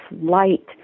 light